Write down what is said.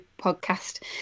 podcast